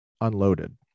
unloaded